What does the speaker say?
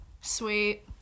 sweet